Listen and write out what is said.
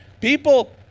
People